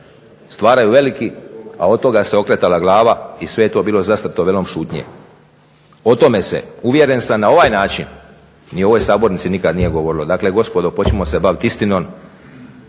stvarali veliki, a od toga se okretala glava i sve je to bilo zastro velom šutnje. O tome se, uvjeren sam, na ovaj način i u ovoj sabornici nikad nije govorilo. Dakle gospodo, počnimo se bavit istinom,